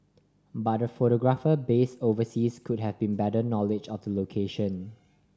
but a photographer based overseas could have better knowledge of the location